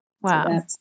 Wow